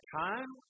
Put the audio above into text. time